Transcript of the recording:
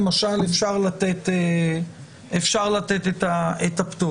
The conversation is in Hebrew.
למשל אפשר לתת את הפטור.